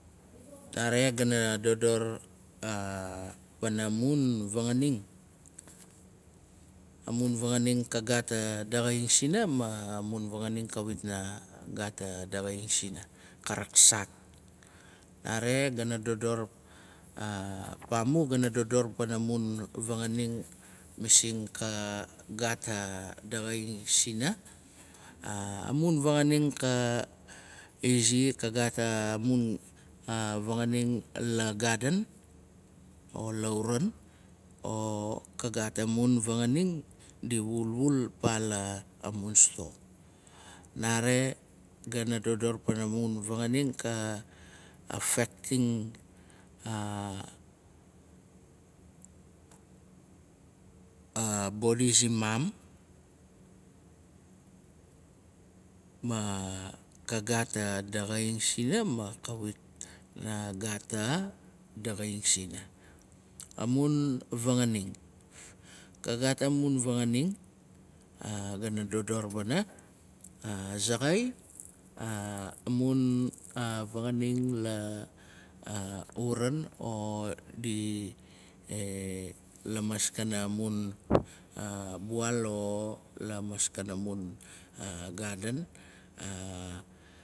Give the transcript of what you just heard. Nare gana dodor wana mun vanganing. mun fanganing ka gaat a daxaing sina. ma mun fanganing kawit na gaat a daxaing sina. Ka raksaat! Nare gana dodor pamu gana dodor paina mun fanganing kamasing ka gaat a daxaing sina. Amun fanganing ka izi. ka gaat amun fanganing la gaden o la uran. O ka gaat fanganing di wulwul apa la sto. Nare gana dodor wana mun fanganing ka affektim a bodi simaam. Ka gaat daxaing sina ma kawit na gaat a daxaing sina. Amun vanganing. Ka gaat amun fanganing gana dodor wana. azaxai. amun fanganing la uran o di lamaskana bual o lamaskana mun gaden.